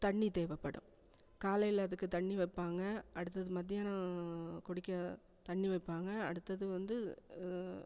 தண்ணி தேவைப்படும் காலையில் அதுக்கு தண்ணி வைப்பாங்க அடுத்தது மதியானம் குடிக்க தண்ணி வைப்பாங்க அடுத்தது வந்து